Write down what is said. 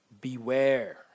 beware